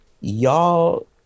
Y'all